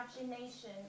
imagination